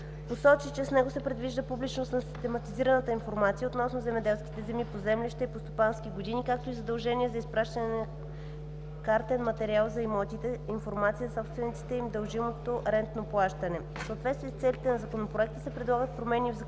посочи, че с него се предвижда публичност на систематизираната информация относно земеделските земи по землища и по стопански години, както и задължение за изпращане на картен материал за имотите, информация за собствениците им и за дължимото рентно плащане. В съответствие с целите на Законопроекта се предлагат промени и в Закона